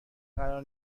قرار